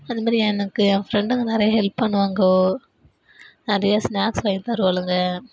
அதுமாரி எனக்கு என் ஃப்ரெண்டுங்க நிறைய ஹெல்ப் பண்ணுவாங்க நிறையா ஸ்நாக்ஸ் வாங்கி தருவாளுங்க